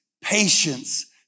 patience